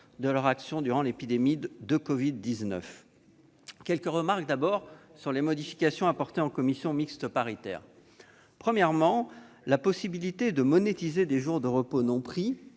de leur action durant l'épidémie de covid-19. Je ferai tout d'abord quelques remarques sur les modifications apportées en commission mixte paritaire. Premièrement, la possibilité de monétiser des jours de repos non pris,